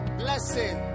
blessing